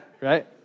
Right